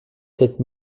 sept